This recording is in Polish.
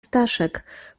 staszek